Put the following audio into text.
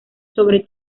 sobre